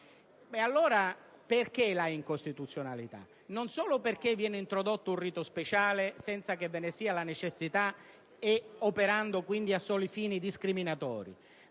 dunque, l'incostituzionalità? Non solo perché viene introdotto un rito speciale senza che ve ne sia la necessità, operando dunque a soli fini discriminatori,